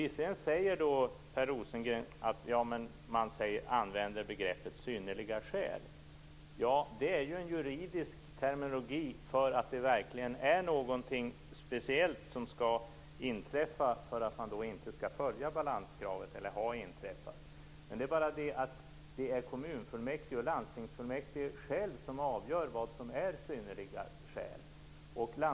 Som Per Rosengren säger använder man visserligen begreppet synnerliga skäl. Det är en juridisk terminologi för att det verkligen är någonting speciellt som skall ha inträffat för att man inte skall behöva följa balanskravet. Det är bara det att det är kommunfullmäktige och lanstingsfullmäktige själva som avgör vad som är synnerliga skäl.